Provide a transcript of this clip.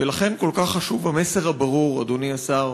ולכן כל כך חשוב המסר הברור, אדוני השר,